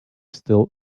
still